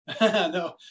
No